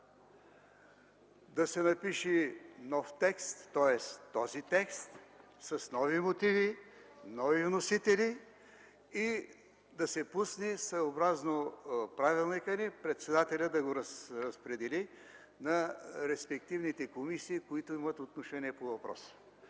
да се напише този текст с нови мотиви, с нови вносители и да се пусне, съгласно правилника ни председателят да го разпредели на респективните комисии, които имат отношение по въпроса.